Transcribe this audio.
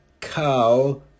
cow